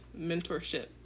mentorship